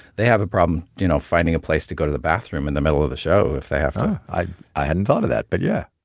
they have a problem, you know, finding a place to go to the bathroom in the middle of the show if they have to i i hadn't thought of that, but yeah.